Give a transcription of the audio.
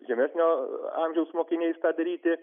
žemesnio amžiaus mokiniais tą daryti